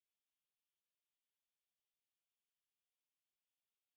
no she is facilitating a whole group